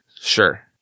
Sure